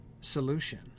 solution